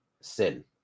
sin